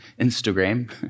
Instagram